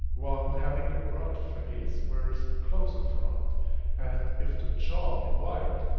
one having a broad face, wears a closer front and, if the jaw be wide,